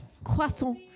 Croissant